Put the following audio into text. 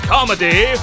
Comedy